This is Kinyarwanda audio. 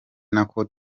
nako